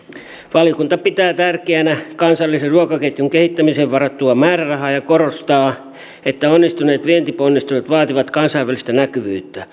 valiokunta pitää tärkeänä kansallisen ruokaketjun kehittämiseen varattua määrärahaa ja korostaa että onnistuneet vientiponnistelut vaativat kansainvälistä näkyvyyttä